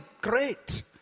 great